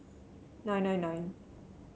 nine nine nine